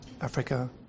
Africa